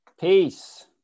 Peace